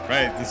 Right